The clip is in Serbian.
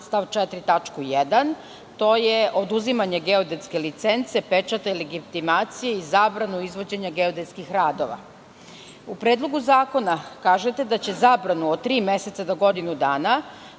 tačku 1. To je oduzimanje geodetske licence, pečata ili legitimacije i zabranu izvođenja geodetskih radova.U Predlogu zakona kažete da će zabranu od tri meseca do godinu dana